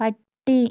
പട്ടി